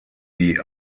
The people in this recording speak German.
die